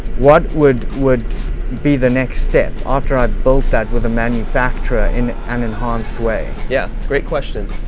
what would would be the next step after i've built that with a manufacturer and an enhanced way? yeah, great question.